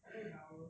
睡着